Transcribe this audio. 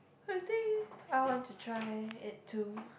I think I want to try it too